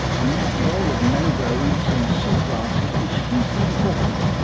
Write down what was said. and that role of mangroves and sea grasses is hugely important.